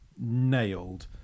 nailed